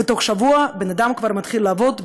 ותוך שבוע בן-אדם כבר מתחיל לעבוד,